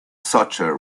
soccer